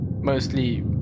Mostly